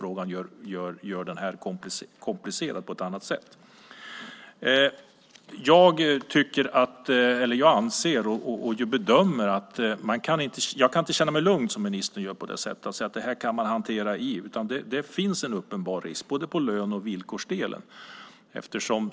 Frågan i Sverige är komplicerad på ett annat sätt. Jag anser och bedömer att jag inte kan känna mig lugn som ministern. Det finns en uppenbar risk när det gäller både löne och villkorsdelarna.